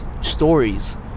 Stories